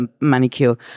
manicure